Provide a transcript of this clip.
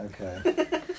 Okay